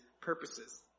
purposes